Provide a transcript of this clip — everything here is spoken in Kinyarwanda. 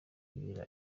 ibera